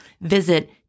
Visit